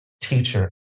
teacher